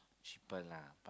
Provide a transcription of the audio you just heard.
cheaper lah